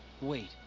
Wait